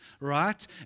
right